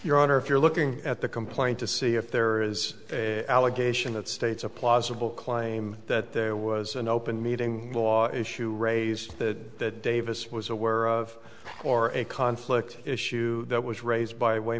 your honor if you're looking at the complaint to see if there is a allegation that states a plausible claim that there was an open meeting law issue raised that davis was aware of or a conflict issue that was raised by way